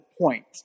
point